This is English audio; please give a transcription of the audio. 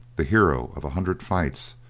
the hero of a hundred fights,